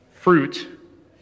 fruit